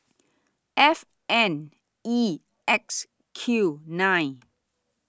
F N E X Q nine